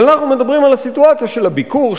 אבל אנחנו מדברים על הסיטואציה של הביקור,